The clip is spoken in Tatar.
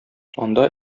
анда